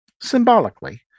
symbolically